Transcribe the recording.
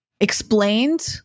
explained